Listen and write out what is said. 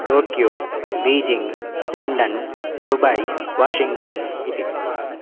Tokyo Beijing London Dubai Washington इति